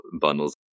bundles